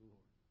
Lord